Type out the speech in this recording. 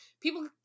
People